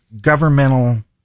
governmental